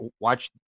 watch